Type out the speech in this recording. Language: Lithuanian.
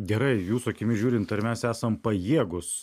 gerai jūsų akimis žiūrint ar mes esam pajėgūs